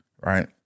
right